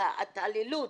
התעללות